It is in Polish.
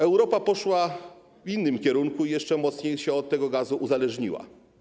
Europa poszła w innym kierunku i jeszcze mocniej się od tego gazu uzależniła.